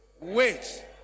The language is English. Wait